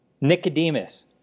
Nicodemus